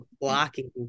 blocking